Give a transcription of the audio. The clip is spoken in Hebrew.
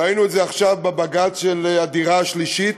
ראינו את זה עכשיו בבג"ץ של הדירה השלישית,